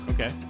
Okay